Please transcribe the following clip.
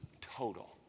total